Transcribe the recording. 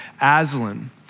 Aslan